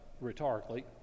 rhetorically